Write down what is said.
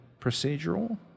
procedural